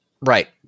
Right